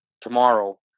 tomorrow